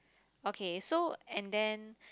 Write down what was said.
okay so and then